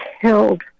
killed